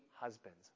husbands